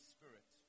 Spirit